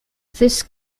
this